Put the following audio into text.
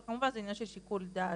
אבל כמובן שזה עניין של שיקול דעת.